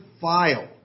file